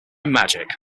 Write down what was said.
magic